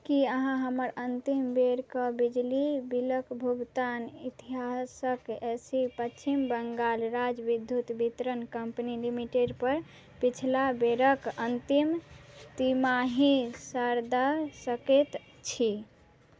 कि अहाँ हमर अन्तिम बेरके बिजली बिलके भुगतान इतिहासके ए सी पच्छिम बङ्गाल राज विद्युत वितरण कम्पनी लिमिटेडपर पछिला बेरके अन्तिम तिमाही सकै छी